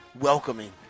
welcoming